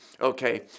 Okay